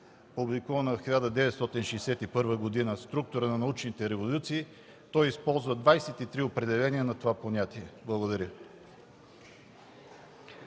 публикувана в 1961 г. – „Структура на научните революции”, той използва 23 определения на това понятие? Благодаря.